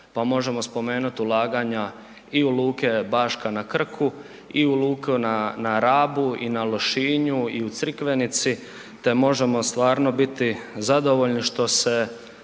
pa možemo spomenut ulaganja i u luke Baška na Krku i u luku na, na Rabu i na Lošinju i u Crikvenici, te možemo stvarno biti zadovoljni što se